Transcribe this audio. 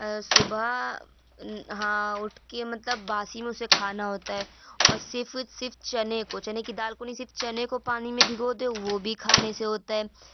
صبح ہاں اٹھ کے مطلب باسی منہ سے کھانا ہوتا ہے اور صرف صرف چنے کو چنے کی دال کو نہیں صرف چنے کو پانی میں بھگو دے وہ بھی کھانے سے ہوتا ہے